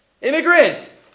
Immigrants